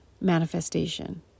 manifestation